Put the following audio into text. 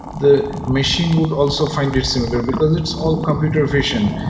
the machine would also find it similar, because it's all computer vision.